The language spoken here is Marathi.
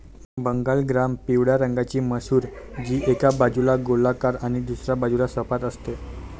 बंगाल ग्राम पिवळ्या रंगाची मसूर, जी एका बाजूला गोलाकार आणि दुसऱ्या बाजूला सपाट असते